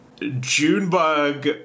Junebug